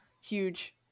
huge